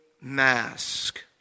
mask